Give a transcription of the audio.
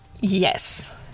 Yes